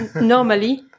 normally